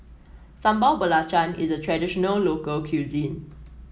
Sambal Belacan is a traditional local cuisine